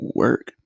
work